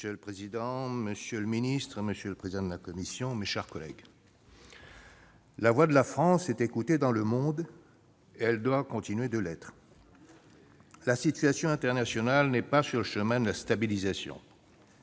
Monsieur le président, monsieur le ministre, mes chers collègues, la voix de la France est écoutée dans le monde et elle doit continuer de l'être. La situation internationale n'est pas sur le chemin de la stabilisation.